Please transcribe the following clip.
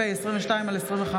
פ/22/25,